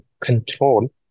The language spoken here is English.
control